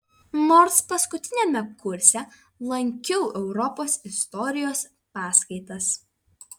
nors paskutiniame kurse lankiau europos istorijos paskaitas